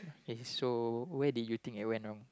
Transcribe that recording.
okay so where did you think it went wrong